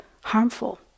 harmful